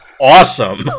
awesome